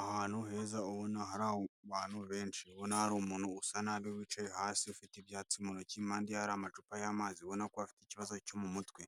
Ahantu heza ubona hari abantu benshi ubona hari umuntu usa nabi wicaye hasi ufite ibyatsi mutoki impande ye hari amacupa y'amazi ubona ko afite ikibazo cyo mu mutwe